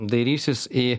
dairysis į